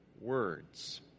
words